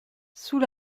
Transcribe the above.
sous